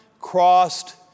crossed